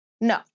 No